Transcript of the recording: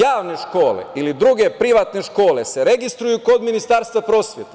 Javne škole ili druge privatne škole se registruju kod Ministarstva prosvete.